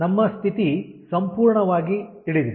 ನಮ್ಮ ಸ್ಥಿತಿ ಸಂಪೂರ್ಣವಾಗಿ ತಿಳಿದಿದೆ